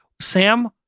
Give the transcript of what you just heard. Sam